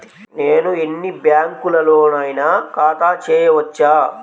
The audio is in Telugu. నేను ఎన్ని బ్యాంకులలోనైనా ఖాతా చేయవచ్చా?